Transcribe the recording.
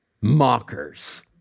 mockers